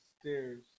stairs